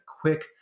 quick